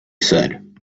said